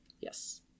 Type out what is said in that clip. Yes